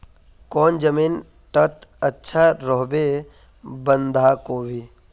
कौन जमीन टत अच्छा रोहबे बंधाकोबी?